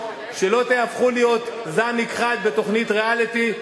שלא תיהפכו להיות זן נכחד בתוכנית ריאליטי,